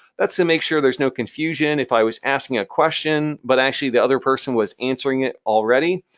that's to make sure there's no confusion if i was asking a question but actually, the other person was answering it already.